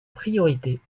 priorités